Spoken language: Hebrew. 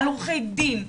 על לעורכי דין,